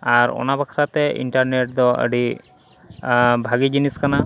ᱟᱨ ᱚᱱᱟ ᱵᱟᱠᱷᱨᱟᱛᱮ ᱤᱱᱴᱟᱨᱱᱮᱹᱴ ᱫᱚ ᱟᱹᱰᱤ ᱵᱷᱟᱜᱮ ᱡᱤᱱᱤᱥ ᱠᱟᱱᱟ